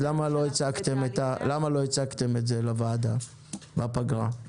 למה לא הצגתם את זה לוועדה בזמן הפגרה?